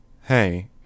Hey